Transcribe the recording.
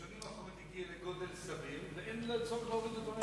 בשנים האחרונות היא הגיעה לגודל סביר ואין צורך להקטין אותה.